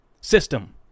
system